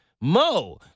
Mo